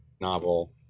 novel